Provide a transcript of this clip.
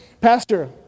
pastor